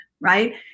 right